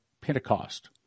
Pentecost